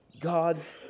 God's